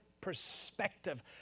perspective